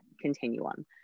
continuum